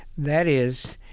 that is,